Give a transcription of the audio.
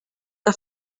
que